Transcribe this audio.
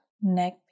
neck